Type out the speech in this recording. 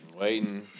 waiting